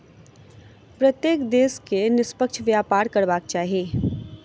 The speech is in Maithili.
प्रत्येक देश के निष्पक्ष व्यापार करबाक चाही